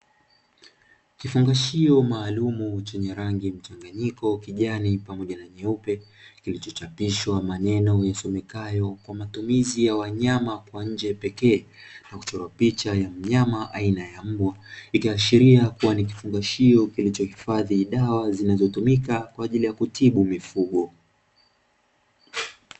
Kifungashio maalumu chenye rangi mchanganyiko kijani pamoja na nyeupe, kilichochapishwa maneno yasomekayo kwa matumizi ya wanyama kwa nje pekee na kuchora picha ya mnyama aina ya mbwa ikiashiria kuwa ni kifungashio kilichohifadhi dawa zinazotumika kwa ajili ya kutibu mifugo.